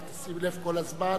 רק תשים לב כל הזמן